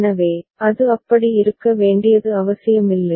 எனவே அது அப்படி இருக்க வேண்டியது அவசியமில்லை